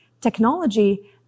technology